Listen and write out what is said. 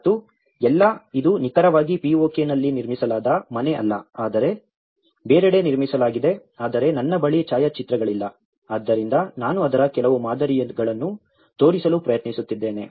ಮತ್ತು ಎಲ್ಲಾ ಇದು ನಿಖರವಾಗಿ POK ನಲ್ಲಿ ನಿರ್ಮಿಸಲಾದ ಮನೆ ಅಲ್ಲ ಆದರೆ ಬೇರೆಡೆ ನಿರ್ಮಿಸಲಾಗಿದೆ ಆದರೆ ನನ್ನ ಬಳಿ ಛಾಯಾಚಿತ್ರಗಳಿಲ್ಲ ಆದ್ದರಿಂದ ನಾನು ಅದರ ಕೆಲವು ಮಾದರಿಗಳನ್ನು ತೋರಿಸಲು ಪ್ರಯತ್ನಿಸುತ್ತಿದ್ದೇನೆ